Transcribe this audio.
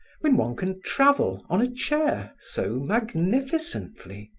when one can travel on a chair so magnificently?